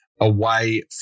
away